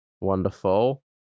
Wonderful